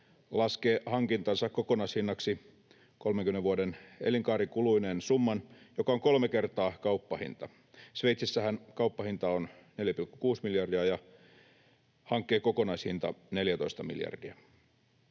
laskee hankintansa kokonaishinnaksi 30 vuoden elinkaarikuluineen summan, joka on kolme kertaa kauppahinta. Sveitsissähän kauppahinta on 4,6 miljardia ja hankkeen kokonaishinta 14 miljardia.